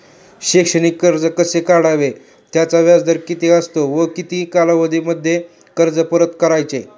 शैक्षणिक कर्ज कसे काढावे? त्याचा व्याजदर किती असतो व किती कालावधीमध्ये कर्ज परत करायचे?